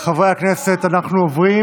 חברי הכנסת, אנחנו עוברים